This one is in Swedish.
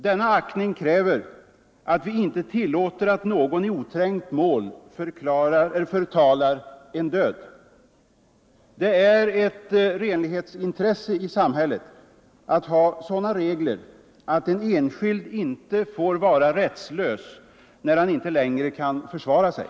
Denna aktning kräver att vi inte tillåter att någon i oträngt mål förtalar en död. Det är ett renlighetsintresse i samhället att ha sådana regler att en enskild inte är rättslös när han inte längre kan försvara sig.